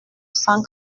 cent